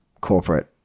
corporate